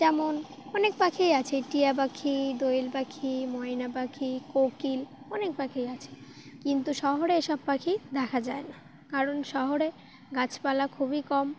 যেমন অনেক পাখিই আছে টিয়া পাখি দয়েল পাখি ময়না পাখি কোকিল অনেক পাখিই আছে কিন্তু শহরে এসব পাখি দেখা যায় না কারণ শহরে গাছপালা খুবই কম